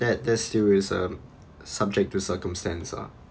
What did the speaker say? that that still is um subject to circumstance ah